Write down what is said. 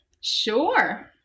Sure